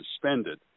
suspended